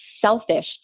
selfish